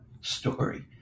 story